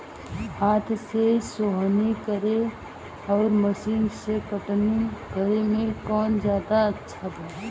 हाथ से सोहनी करे आउर मशीन से कटनी करे मे कौन जादे अच्छा बा?